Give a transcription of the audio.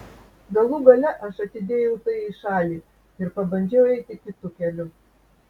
galų gale aš atidėjau tai į šalį ir pabandžiau eiti kitu keliu